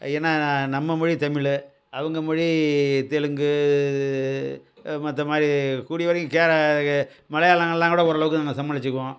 ஏன்னா நம்ம மொழி தமில் அவங்க மொழி தெலுங்கு மற்ற மாதிரி கூடிய வரைக்கும் கேர மலையாளங்கள்லாம் கூட ஓரளவுக்கு நம்ம சமாளிச்சிக்குவோம்